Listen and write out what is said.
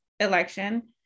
election